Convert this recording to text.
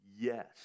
Yes